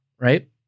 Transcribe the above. right